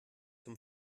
zum